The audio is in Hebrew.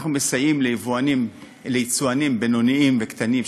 אנחנו מסייעים ליצואנים בינוניים וקטנים,